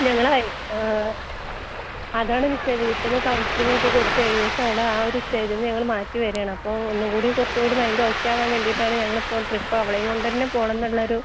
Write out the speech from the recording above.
ഞങ്ങളെ ആ അതാണ് മിസ്സേ വീട്ടിന്ന് കൗൺസലിങ്ങൊക്കെ കൊടുത്ത് ഏകദേശം അവൾ ആ ഒരു സ്റ്റേജിന്ന് ഞങ്ങൾ മാറ്റി വരുവാണപ്പോൾ ഒന്നുകൂടി കുറച്ചുകൂടി മൈൻഡ് ഒക്കെയാവാൻ വേണ്ടീട്ടാണ് ഞങ്ങൾ ഇപ്പോൾ ട്രിപ്പ് അവളേം കൊണ്ടന്നെ പോണെന്നുള്ളൊരു